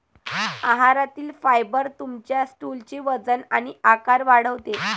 आहारातील फायबर तुमच्या स्टूलचे वजन आणि आकार वाढवते